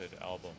album